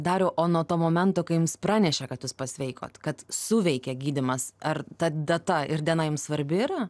dariau o nuo to momento kai jums pranešė kad jūs pasveikot kad suveikė gydymas ar ta data ir diena jums svarbi yra